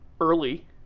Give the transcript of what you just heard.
early